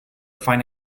find